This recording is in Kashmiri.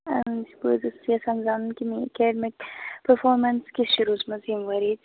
ٲں بہٕ ٲسٕس ٮ۪ژھان زانُن کہِ میٛٲنۍ کیٛاہ مےٚ پٔرفامَنس کِژھ چھےٚ روٗزمٕژ ییٚمہِ ؤرِیِچ